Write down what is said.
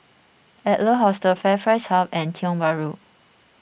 Adler Hostel FairPrice Hub and Tiong Bahru